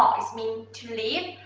um is mean to leave.